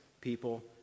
people